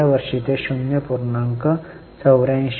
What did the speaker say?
गेल्या वर्षी ते 0